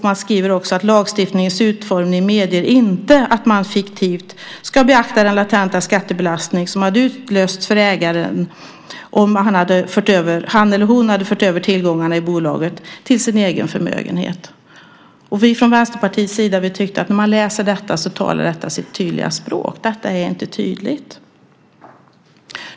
Man skriver också att lagstiftningens utformning inte medger att man fiktivt ska beakta den latenta skattebelastning som hade utlösts för ägaren om han eller hon hade fört över tillgångarna i bolaget till sin egen förmögenhet. Vi från Vänsterpartiet tycker att detta talar sitt tydliga språk, nämligen att detta inte är tydligt.